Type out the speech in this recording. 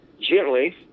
gently